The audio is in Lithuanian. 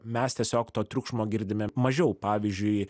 mes tiesiog to triukšmo girdime mažiau pavyzdžiui